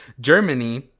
Germany